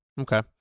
Okay